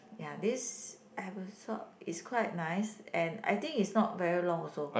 ya this episode is quite nice and I think it's not very long also